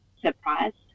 surprised